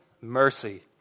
mercy